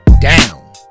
down